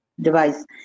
device